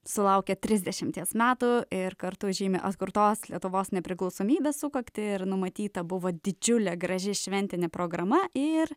sulaukė trisdešimties metų ir kartu žymi atkurtos lietuvos nepriklausomybės sukaktį ir numatyta buvo didžiulė graži šventinė programa ir